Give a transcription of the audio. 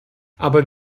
aber